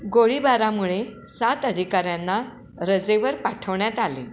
गोळीबारामुळे सात अधिकाऱ्यांना रजेवर पाठवण्यात आले